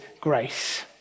grace